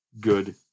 good